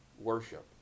worship